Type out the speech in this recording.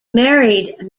married